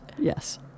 yes